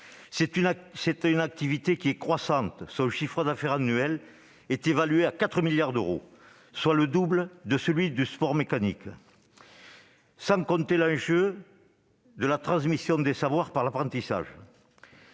etc. Son activité est croissante, avec un chiffre d'affaires annuel évalué à 4 milliards d'euros, soit le double de celui des sports mécaniques. À cela s'ajoute l'enjeu de la transmission des savoirs par l'apprentissage.